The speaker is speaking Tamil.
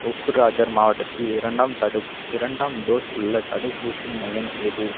ஒக்குராதர் மாவட்டத்தில் இரண்டாம் தடுப் இரண்டாம் டோஸ் உள்ள தடுப்பூசி மையம் எது